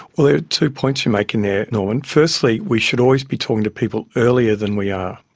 well, there are two points you make in there, norman. firstly we should always be talking to people earlier than we are,